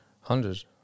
Hundreds